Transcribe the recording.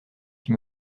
qui